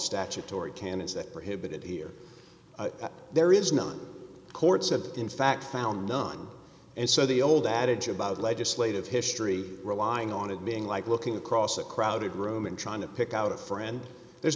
statutory canons that prohibit it here there is none courts have in fact found none and so the old adage about legislative history relying on it being like looking across a crowded room and trying to pick out a friend there's